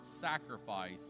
sacrifice